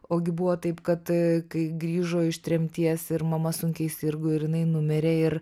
ogi buvo taip kad kai grįžo iš tremties ir mama sunkiai sirgo ir jinai numirė ir